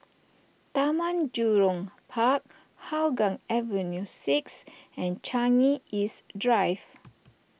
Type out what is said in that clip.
Taman Jurong Park Hougang Avenue six and Changi East Drive